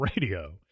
radio